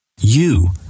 You